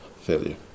failure